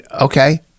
okay